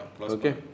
Okay